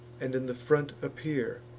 and in the front appear.